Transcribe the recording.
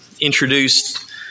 introduced